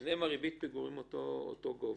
אצל שניהם ריבית הפיגורים באותו גובה,